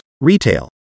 retail